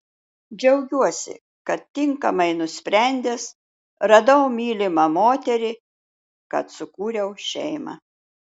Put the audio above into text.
džiaugiuosi kad tinkamai nusprendęs radau mylimą moterį kad sukūriau šeimą